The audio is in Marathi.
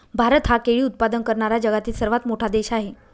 भारत हा केळी उत्पादन करणारा जगातील सर्वात मोठा देश आहे